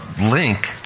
link